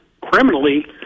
criminally